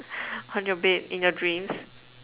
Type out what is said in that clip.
on your bed in your dreams